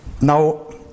Now